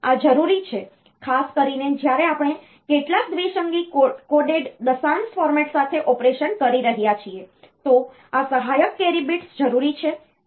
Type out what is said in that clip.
તેથી આ જરૂરી છે ખાસ કરીને જ્યારે આપણે કેટલાક દ્વિસંગી કોડેડ દશાંશ ફોર્મેટ સાથે ઓપરેશન કરી રહ્યા છીએ તો આ સહાયક કેરી bits જરૂરી છે